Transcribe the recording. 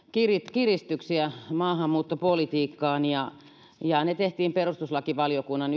kiristyksiä maahanmuuttopolitiikkaan ne tehtiin perustuslakivaliokunnan